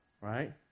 Right